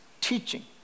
Teaching